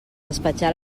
despatxar